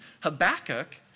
Habakkuk